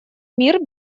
мир